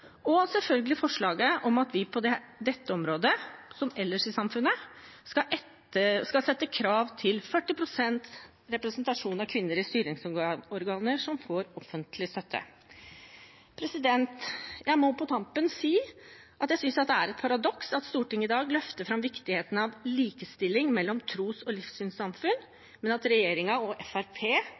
og selvfølgelig forslaget om at vi på dette området, som ellers i samfunnet, skal sette krav til 40 pst. representasjon av kvinner i styringsorganer som får offentlig støtte. Jeg må på tampen si at jeg synes det er et paradoks at Stortinget i dag løfter fram viktigheten av likestilling mellom tros- og livssynssamfunn, men at regjeringen og